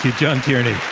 john tierney.